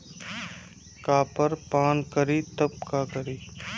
Copper पान करी तब का करी?